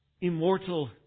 immortal